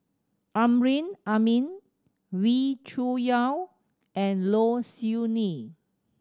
Amrin Amin Wee Cho Yaw and Low Siew Nghee